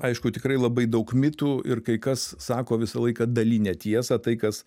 aišku tikrai labai daug mitų ir kai kas sako visą laiką dalinę tiesą tai kas